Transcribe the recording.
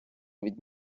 від